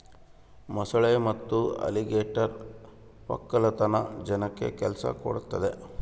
ಮೊಸಳೆ ಮತ್ತೆ ಅಲಿಗೇಟರ್ ವಕ್ಕಲತನ ಜನಕ್ಕ ಕೆಲ್ಸ ಕೊಡ್ತದೆ